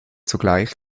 zugleich